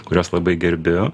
kuriuos labai gerbiu